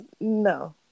no